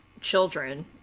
Children